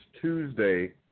Tuesday